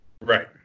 Right